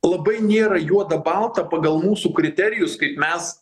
labai nėra juoda balta pagal mūsų kriterijus kaip mes